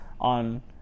on